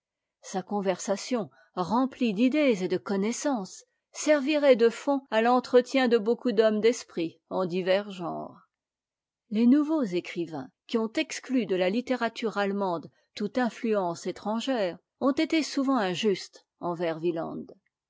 sa conversation remplie d'idées et de connaissances servirait de fonds à l'entretien de beaucoup d'hommes d'esprit en divers genres les nouveaux écrivains qui ont exclu de la littérature allemande toute influence étrangère ont été souvent injustes envers